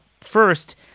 first